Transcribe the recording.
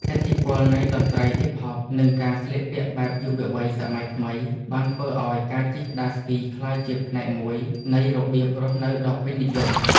ឥទ្ធិពលនៃតន្ត្រីហ៊ីបហប និងការស្លៀកពាក់បែបយុវវ័យសម័យថ្មី បានធ្វើឱ្យការជិះក្ដារស្គីក្លាយជាផ្នែកមួយនៃរបៀបរស់នៅដ៏ពេញនិយម។